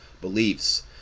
beliefs